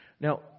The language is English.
Now